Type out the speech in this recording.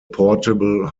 portable